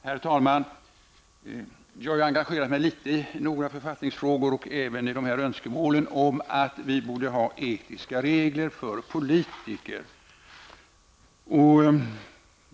Herr talman! Jag har engagerat mig något i en del författningsfrågor och även i frågan huruvida vi borde ha etiska regler för politiker.